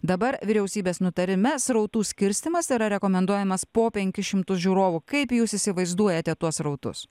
dabar vyriausybės nutarime srautų skirstymas yra rekomenduojamas po penkis šimtus žiūrovų kaip jūs įsivaizduojate tuos srautus